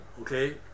okay